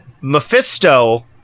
mephisto